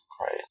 right